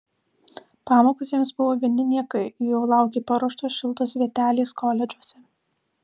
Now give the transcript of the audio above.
pamokos jiems buvo vieni niekai jų jau laukė paruoštos šiltos vietelės koledžuose